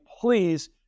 Please